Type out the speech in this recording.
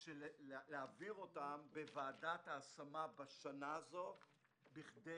להעביר אותם בוועדת ההשמה בשנה הזו בכדי